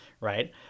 right